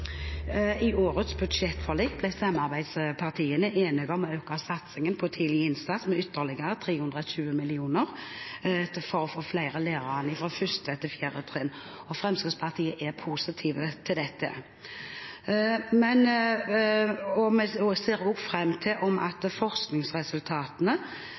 I årets budsjettforlik ble samarbeidspartiene enige om å øke satsingen på tidlig innsats med ytterligere 320 mill. kr for å få flere lærere fra 1. til 4. trinn. Fremskrittspartiet er positiv til dette. Vi ser også fram til at forskningsresultatene